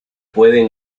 pueden